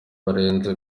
barenze